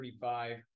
35